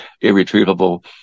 irretrievable